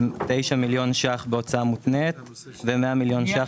9 מיליון ₪ בהוצאה מותנית ו-100 מיליון ₪